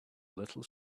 little